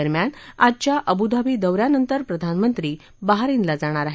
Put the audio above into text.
दरम्यान आजच्या अबुधाबी दौ यानंतर प्रधानमंत्री बहारिनला जाणार आहेत